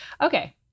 Okay